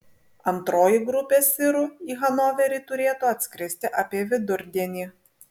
antroji grupė sirų į hanoverį turėtų atskristi apie vidurdienį